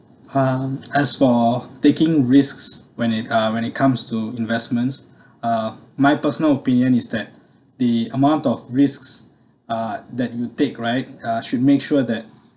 um as for taking risks when it uh when it comes to investments uh my personal opinion is that the amount of risks uh that you take right uh should make sure that